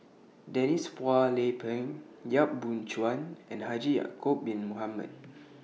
Denise Phua Lay Peng Yap Boon Chuan and Haji Ya'Acob Bin Mohamed